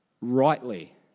rightly